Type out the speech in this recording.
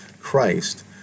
Christ